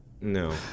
No